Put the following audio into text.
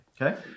Okay